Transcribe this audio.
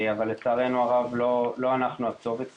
אבל לצערנו הרב, לא אנחנו הכתובת כאן.